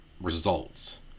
results